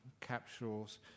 capsules